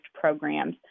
programs